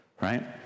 Right